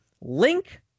Link